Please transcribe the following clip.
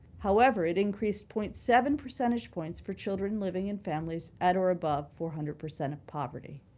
however, it increased point seven percentage points for children living in families at or above four hundred percent of poverty.